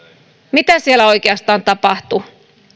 mitä siellä oikeastaan tapahtui